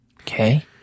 Okay